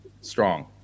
Strong